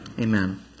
Amen